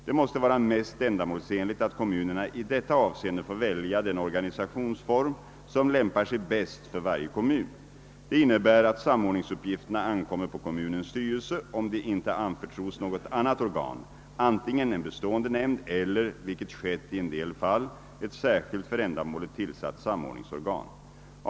Det måste vara mest ändamålsenligt att kommunerna i detta avseende får välja den organisationsform som lämpar sig bäst för varje kommun. Det innebär att samordningsuppgifterna ankommer på kommunens styrelse, om de inte anförtros något annat organ, antingen en bestående nämnd eller, vilket skett i en del fall, ett särskilt för ändamålet tillsatt samordningsorgan.